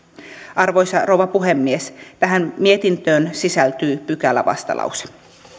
arvoisa rouva puhemies tähän mietintöön sisältyy pykälävastalause